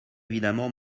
évidemment